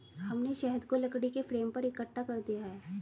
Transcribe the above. हमने शहद को लकड़ी के फ्रेम पर इकट्ठा कर दिया है